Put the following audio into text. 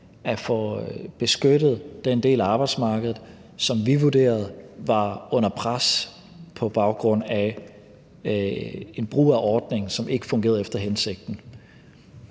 at få beskyttet den del af arbejdsmarkedet, som vi vurderede var under pres på baggrund af en brug af ordningen, som ikke fungerede efter hensigten.